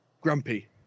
grumpy